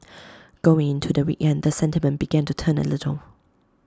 going into the weekend the sentiment began to turn A little